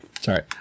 Sorry